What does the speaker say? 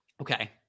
okay